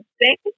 Thank